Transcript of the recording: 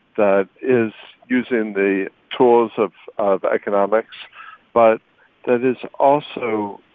that is using the tools of of economics but that is also